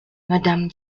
madame